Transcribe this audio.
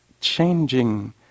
changing